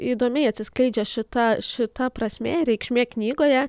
įdomiai atsiskleidžia šita šita prasmė reikšmė knygoje